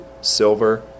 Silver